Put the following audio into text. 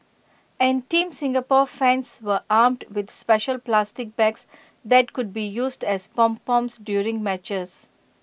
and Team Singapore fans were armed with special plastic bags that could be used as pom poms during matches